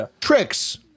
Tricks